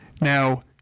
Now